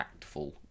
impactful